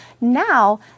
Now